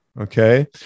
Okay